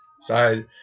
side